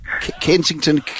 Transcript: Kensington